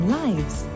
lives